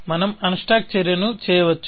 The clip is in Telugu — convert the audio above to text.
మనం అన్స్టాక్ చర్యను చేయవచ్చు